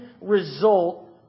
result